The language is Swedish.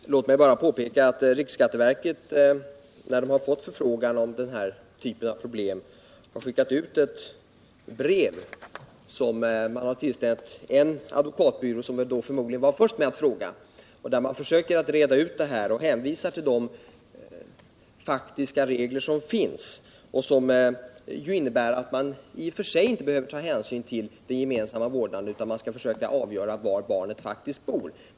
Herr talman! Låt mig bara påpeka att riksskatteverket efter förfrågan om den här typen av problem har skickat ut ett brev — det har tillställts en advokatbyrå som förmodligen var först med att fråga — där man försöker reda ut problemet och hänvisar till de regler som finns och som ju innebär att man i och för sig inte behöver ta hänsyn till den gemensamma vårdnaden, utan att man skall försöka avgöra var barnet faktiskt bor.